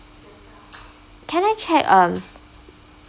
can I check um